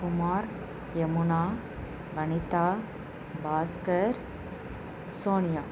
Kumar Yamuna Vanitha Bhaskar Sonia